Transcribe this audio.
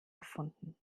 erfunden